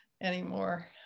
anymore